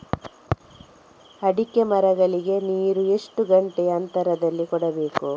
ಅಡಿಕೆ ಮರಗಳಿಗೆ ನೀರು ಎಷ್ಟು ಗಂಟೆಯ ಅಂತರದಲಿ ಕೊಡಬೇಕು?